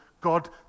God